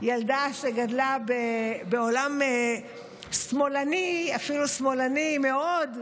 ילדה שגדלה בעולם שמאלני, אפילו שמאלני מאוד,